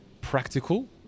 practical